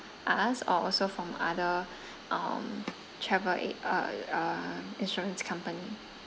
us or also from other um travel a~ uh uh insurance company